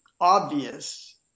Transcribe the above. obvious